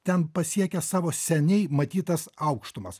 ten pasiekia savo seniai matytas aukštumas